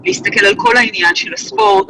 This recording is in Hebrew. אני רוצה לספר משהו, כל החזרת עובדים, חל"ת,